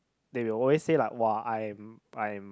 they will always say like !wah! I'm I'm